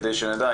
כדי שנדע.